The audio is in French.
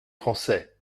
français